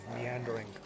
meandering